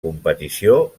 competició